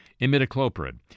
imidacloprid